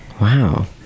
Wow